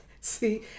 see